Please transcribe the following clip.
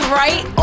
right